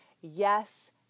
yes